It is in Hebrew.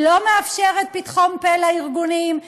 לא מאפשרת פתחון פה לארגונים,